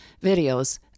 videos